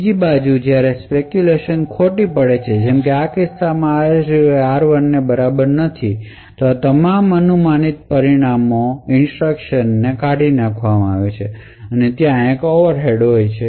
બીજી બાજુ જ્યારે સ્પેકયુલેશન ખોટી છે જેમ કે આ કિસ્સામાં r0 એ r1 ની બરાબર નથી તો પછી તમામ અનુમાનિત ઇન્સટ્રકશનના પરિણામને કાઢી નાખવામાં આવે છે અને ત્યાં એક ઓવરહેડ છે